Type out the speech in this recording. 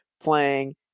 playing